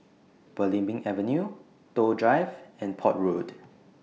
Belimbing Avenue Toh Drive and Port Road